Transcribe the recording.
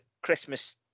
christmas